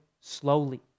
slowly